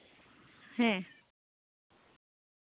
ᱦᱮᱸ